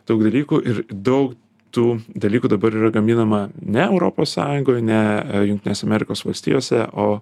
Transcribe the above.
daug dalykų ir daug tų dalykų dabar yra gaminama ne europos sąjungoj ne jungtinėse amerikos valstijose o